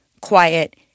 quiet